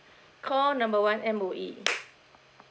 call number one M_O_E